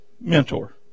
Mentor